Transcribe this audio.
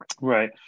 Right